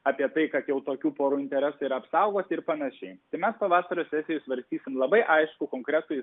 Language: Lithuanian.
apie tai kad jau tokių porų interesai yra apsaugoti ir panašiai tai mes pavasario sesijoje svarstysim labai aiškų konkretų